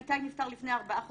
איתי נפטר לפני שנה וארבעה חודשים.